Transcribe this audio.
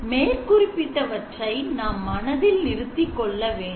மேற்குறிப்பிட்ட அவற்றை நாம் மனதில் நிறுத்திக்கொள்ள வேண்டும்